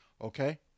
Okay